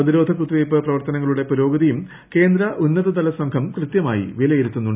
പ്രതിരോധ കുത്തിവെയ്പ്പ് പ്രവർത്തനങ്ങളുടെ പുരോഗതിയും കേന്ദ്ര ഉന്നത തലസംഘം കൃതൃമായി വിലയിരുത്തുന്നുണ്ട്